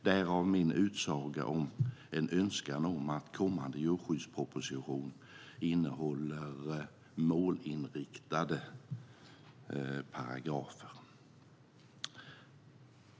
Därav kommer min önskan att kommande djurskyddsproposition ska innehålla målinriktade paragrafer.